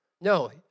No